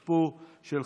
תוסיף אותי, בבקשה.